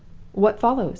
what follows?